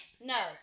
No